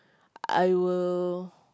I will